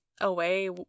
away